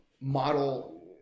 model